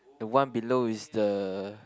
the one below is the